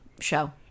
show